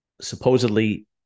supposedly